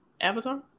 Avatar